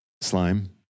slime